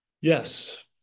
yes